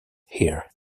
here